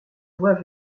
voie